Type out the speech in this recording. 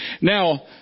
Now